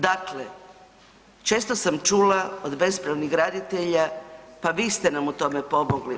Dakle, često sam čula od bespravnih graditelja, pa vi ste nam u tome pomogli.